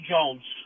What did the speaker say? Jones